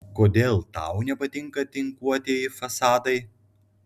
kodėl tau nepatinka tinkuotieji fasadai